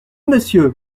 monsieur